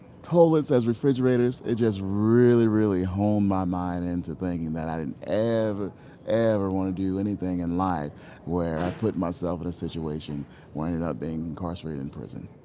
toilets as refrigerators, it just really really honed my mind into thinking that i didn't ever ever want to do anything in life where i put myself in a situation where i ended up being incarcerated in prison